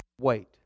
wait